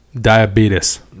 diabetes